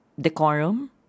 Decorum